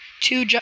two